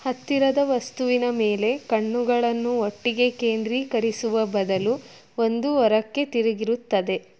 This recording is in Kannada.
ಹತ್ತಿರದ ವಸ್ತುವಿನ ಮೇಲೆ ಕಣ್ಣುಗಳನ್ನು ಒಟ್ಟಿಗೆ ಕೇಂದ್ರೀಕರಿಸುವ ಬದಲು ಒಂದು ಹೊರಕ್ಕೆ ತಿರುಗಿರುತ್ತದೆ